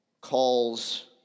calls